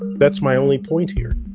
that's my only point here.